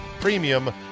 premium